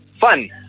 Fun